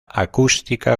acústica